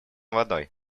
водой